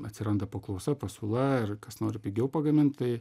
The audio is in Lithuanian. atsiranda paklausa pasiūla ar kas nori pigiau pagamint tai